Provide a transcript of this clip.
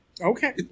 okay